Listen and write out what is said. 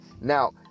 Now